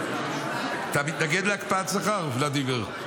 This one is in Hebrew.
אתה מתנגד להקפאת שכר, ולדימיר?